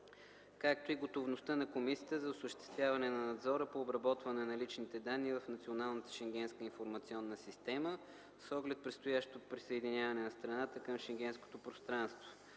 както и готовността на Комисията за осъществяване на надзора по обработване на личните данни в Националната Шенгенска информационна система, с оглед предстоящото присъединяване на страната към Шенгенското пространство.